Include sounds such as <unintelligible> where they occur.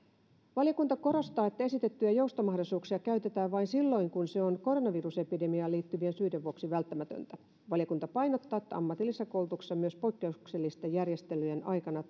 valiokunta korostaa että esitettyjä joustomahdollisuuksia käytetään vain silloin kun se on koronavirusepidemiaan liittyvien syiden vuoksi välttämätöntä valiokunta painottaa että ammatillisessa koulutuksessa myös poikkeuksellisten järjestelyjen aikana <unintelligible>